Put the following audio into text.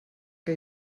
que